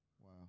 Wow